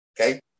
Okay